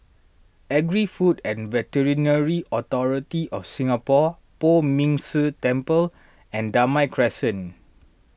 Agri Food and Veterinary Authority of Singapore Poh Ming Tse Temple and Damai Crescent